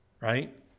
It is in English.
Right